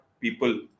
People